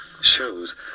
shows